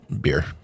beer